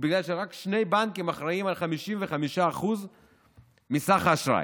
בגלל שרק שני בנקים אחראים ל-55% מסך האשראי.